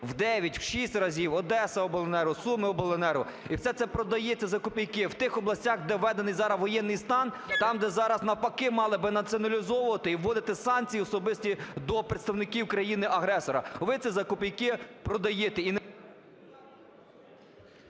в шість разів – "Одесаобленерго", "Сумиобленерго" – і все це продається за копійки. В тих областях, де введений зараз воєнний стан, там, де зараз навпаки мали би націоналізовувати і вводити санкції особисті до представників країни-агресора, ви це за копійки продаєте